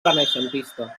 renaixentista